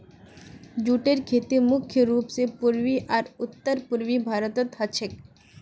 जूटेर खेती मुख्य रूप स पूर्वी आर उत्तर पूर्वी भारतत ह छेक